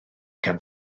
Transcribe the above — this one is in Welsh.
gan